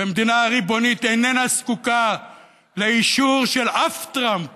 ומדינה ריבונית איננה זקוקה לאישור של אף טראמפ